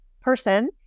person